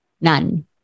none